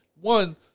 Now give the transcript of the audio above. One